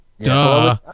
Duh